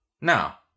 Now